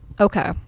okay